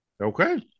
Okay